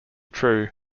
true